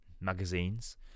magazines